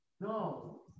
No